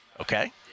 okay